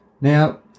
Now